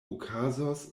okazos